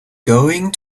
going